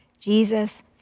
Jesus